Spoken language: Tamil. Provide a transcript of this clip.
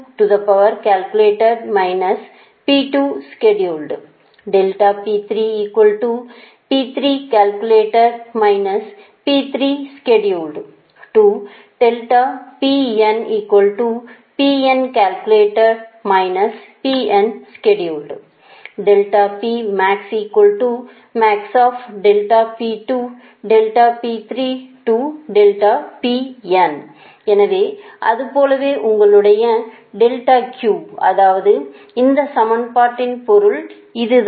ஒருவேளை எனவே அதுபோலவே உங்களுடைய அதாவது இந்த சமன்பாட்டின் பொருள் இதுதான்